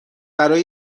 برای